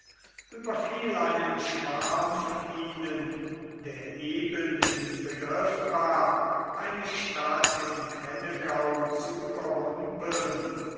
überfiel einen schwarm von ihnen der eben im begriff war eine stadt in hennegau zu überrumpeln